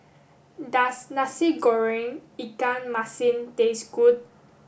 does Nasi Goreng Ikan Masin taste good